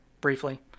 briefly